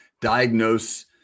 diagnose